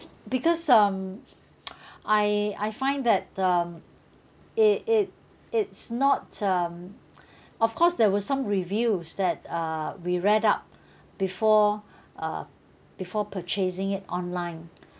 because um I I find that um it it it's not um of course there was some reviews that uh we read up before uh before purchasing it online